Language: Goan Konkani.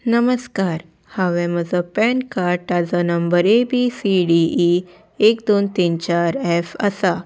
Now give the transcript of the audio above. नमस्कार हांवें म्हजो पॅन कार्ड ताचो number A B C D E एक दोन तीन चार ऍफ आसा